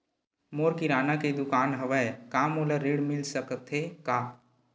मोर किराना के दुकान हवय का मोला ऋण मिल सकथे का?